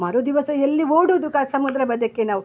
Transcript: ಮರು ದಿವಸ ಎಲ್ಲಿ ಓಡೋದು ಕ ಸಮುದ್ರ ಬದಿಯಕ್ಕೆ ನಾವು